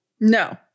No